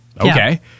okay